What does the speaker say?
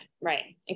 right